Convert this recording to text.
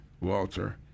Walter